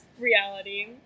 reality